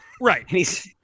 Right